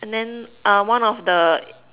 and then uh one of the